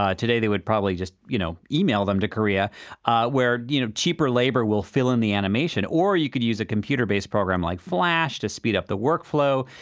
ah today, they would probably just, you know, email them to korea where you know, cheaper labor will fill in the animation. or you could use a computer-based program like flash to speed up the workflow,